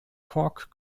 cork